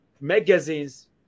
magazines